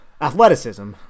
athleticism